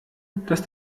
dass